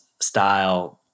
style